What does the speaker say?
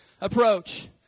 approach